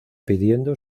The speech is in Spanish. pidiendo